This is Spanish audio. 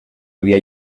había